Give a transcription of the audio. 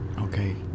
okay